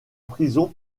prison